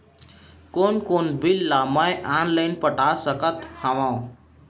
कोन कोन बिल ला मैं ऑनलाइन पटा सकत हव?